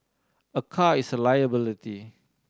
a car is a liability